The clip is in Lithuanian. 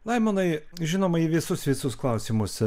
laimonai žinoma į visus visus klausimus